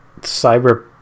cyber